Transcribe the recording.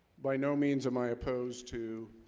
by no means of my opposed to